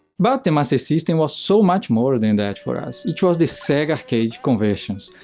but the master system was so much more than that for us it was the sega arcade conversions.